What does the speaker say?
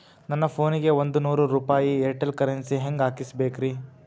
ನನ್ನ ಫೋನಿಗೆ ಒಂದ್ ನೂರು ರೂಪಾಯಿ ಏರ್ಟೆಲ್ ಕರೆನ್ಸಿ ಹೆಂಗ್ ಹಾಕಿಸ್ಬೇಕ್ರಿ?